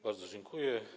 Bardzo dziękuję.